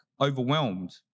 overwhelmed